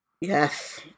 Yes